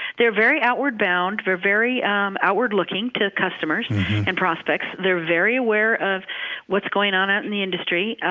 they're very outward bound. they're very outward looking to customers and prospects. they're very aware of what's going on out in the industry.